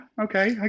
okay